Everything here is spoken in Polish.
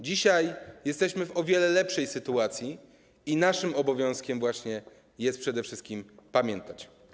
Dzisiaj jesteśmy w o wiele lepszej sytuacji, a naszym obowiązkiem jest przede wszystkim pamiętać.